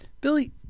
Billy